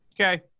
Okay